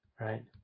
Right